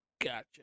Gotcha